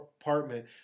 apartment